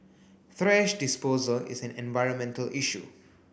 thrash disposal is an environmental issue